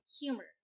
humor